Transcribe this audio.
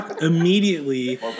immediately